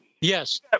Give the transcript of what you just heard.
Yes